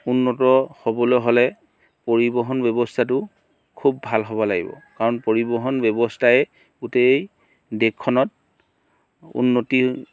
উন্নত হ'বলৈ হ'লে পৰিবহণ ব্যৱস্থাটো খুব ভাল হ'ব লাগিব কাৰণ পৰিবহণ ব্যৱস্থাই গোটেই দেশখনত উন্নতি